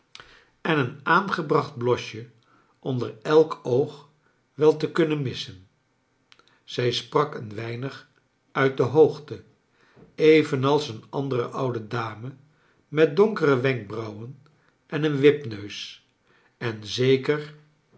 en een aangebracht blosje onder elk oog wel te kunnen missen zij sprak een weinig uit de hoogte evenals een andere oude dame met donkere wenkbrauwen en een wipneus en zeker